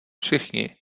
všichni